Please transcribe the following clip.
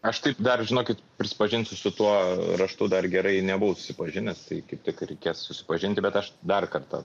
aš taip dar žinokit prisipažinsiu su tuo raštu dar gerai nebuvau susipažinęs tai kaip tik reikės susipažinti bet aš dar kartą